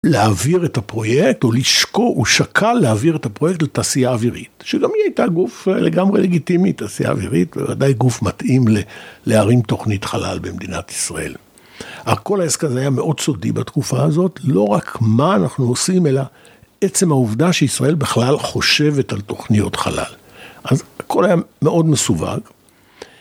להעביר את הפרויקט, או לשקול... הוא שקל להעביר את הפרויקט לתעשייה אווירית, שגם היא הייתה גוף לגמרי לגיטימי תעשייה אווירית, וודאי גוף מתאים להרים תוכנית חלל במדינת ישראל. כל העסק הזה היה מאוד סודי בתקופה הזאת, לא רק מה אנחנו עושים, אלא עצם העובדה שישראל בכלל חושבת על תוכניות חלל. אז הכל היה מאוד מסווג.